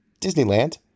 Disneyland